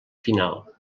final